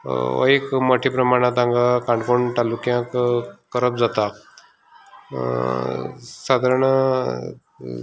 हो एक मोठ्या प्रमाणांत हांगा काणकोणा तालुक्यांक करप जाता सादारण